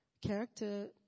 character